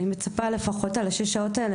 אני מצפה לפחות על השש שעות האלה,